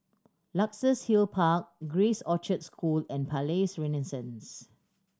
Luxus Hill Park Grace Orchard School and Palais Renaissance